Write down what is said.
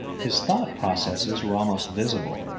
his thought-processes were almost visible,